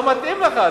לא מתאים לך,